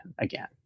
again